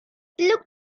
look